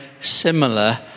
similar